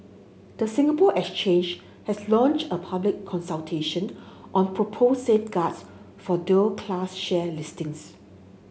the Singapore Exchange has launched a public consultation on proposed safeguards for dual class share listings